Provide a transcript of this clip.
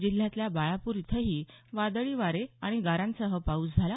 जिल्ह्यातल्या बाळापूर इथंही वादळी वारे आणि गारांसह पाऊस झाला